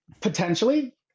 potentially